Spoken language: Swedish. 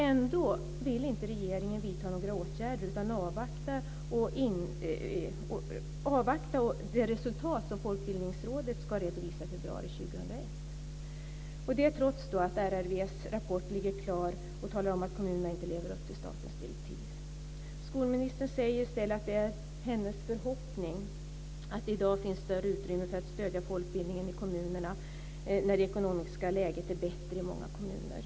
Ändå vill inte regeringen vidta några åtgärder utan avvaktar det resultat som Folkbildningsrådet ska redovisa i februari 2001, detta trots att det i RRV:s rapport talas om att kommunerna inte lever upp till statens direktiv. Skolministern säger i stället att det är hennes förhoppning att det i dag finns större utrymme för att stödja folkbildningen i kommunerna när det ekonomiska läget är bättre i många kommuner.